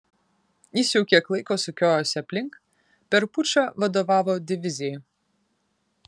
jis jau kiek laiko sukiojosi aplink per pučą vadovavo divizijai